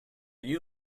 you